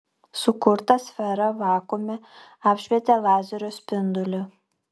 sukurtą sferą vakuume apšvietė lazerio spinduliu